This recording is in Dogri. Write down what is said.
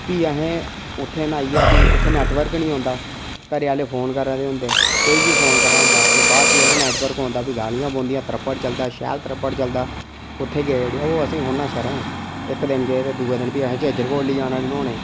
भी अहें उत्थै न्हाइयै भी उत्थै नैटवर्क निं होंदा घरेआह्लें फोन करा दे होंदे कोई बी फोन करा दा होंदा भी बाह्र जाइयै नैटवर्क औंदा भी गालियां पौंदियां त्रप्पड़ चलदा शैल शैल त्रप्पड़ चलदा शैल उत्थै गे उठी ओह् असेंई इक दिन गे ते दूए दिन भी अहें जाना उठी न्हौनें ई